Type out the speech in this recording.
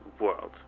world